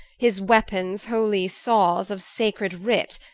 his weapons, holy sawes of sacred writ,